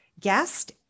guest